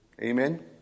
Amen